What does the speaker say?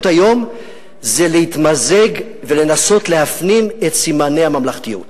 היום זה להתמזג ולנסות להפנים את סימני הממלכתיות.